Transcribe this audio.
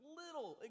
little